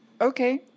Okay